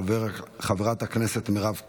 חברת הכנסת מירב כהן,